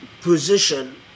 position